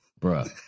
Bruh